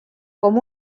com